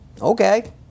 okay